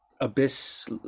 abyss